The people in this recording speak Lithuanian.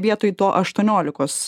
vietoj to aštuoniolikos